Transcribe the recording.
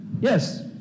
Yes